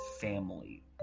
family